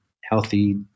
healthy